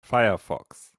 firefox